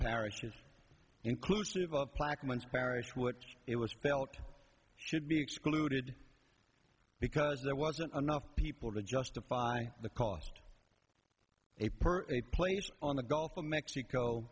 parishes inclusive of plaquemines parish which it was spelt should be excluded because there wasn't enough people to justify the cost a per a place on the gulf of mexico